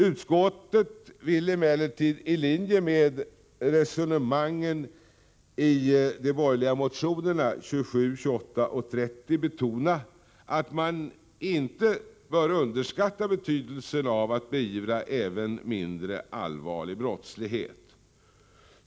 Utskottet vill emellertid — i linje med resonemangen i de borgerliga motionerna 27, 28 och 30 - betona att man inte bör underskatta betydelsen av att beivra även mindre allvarlig brottslighet.